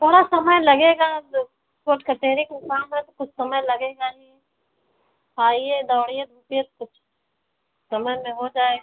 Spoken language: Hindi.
थोड़ा समय लगेगा जो कोट कचहरी काे काम रहे कुछ समय लगेगा ही आइए दौड़िए धूपिए तो कुछ समय में हो जाए